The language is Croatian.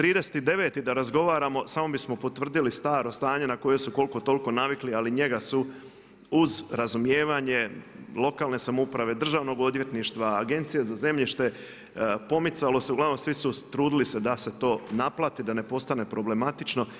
30.09. da razgovaramo samo bismo potvrdilo staro stanje na koje su koliko toliko navikli ali njega su uz razumijevanje lokalne samouprave, državnog odvjetništva, agencije za zemljište pomicalo se, uglavnom svi su trudili se da se to naplati, da ne postane problematično.